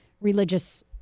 religious